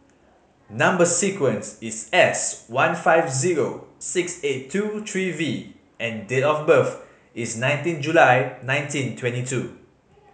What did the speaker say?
number sequence is S one five zero six eight two three V and date of birth is nineteen July nineteen twenty two